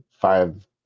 five